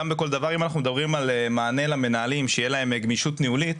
אם אנחנו מדברים על מענה למנהלים שיהיה להם גמישות ניהולית,